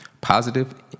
positive